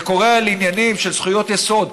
זה קורה בעניינים של זכויות יסוד,